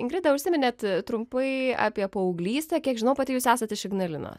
ingrida užsiminėt trumpai apie paauglystę kiek žinau pati jūs esat iš ignalinos